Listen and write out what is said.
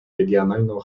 регионального